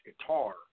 guitar